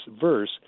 verse